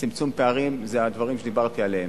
צמצום פערים זה בדברים שדיברתי עליהם.